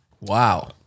wow